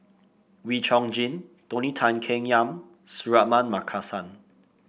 Wee Chong Jin Tony Tan Keng Yam Suratman Markasan